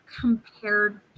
compared